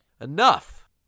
Enough